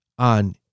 on